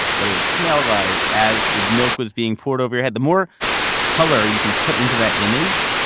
what it would smell like as the milk was being poured over your head. the more color you can put into that image,